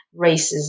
racism